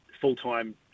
full-time